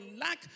lack